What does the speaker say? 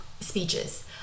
speeches